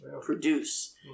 produce